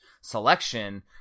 selection